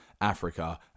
Africa